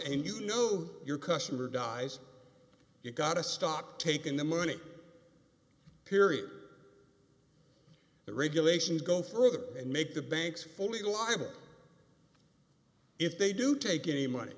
and you know your customer dies you've got to stop taking the money period the regulations go further and make the banks fully liable if they do take any money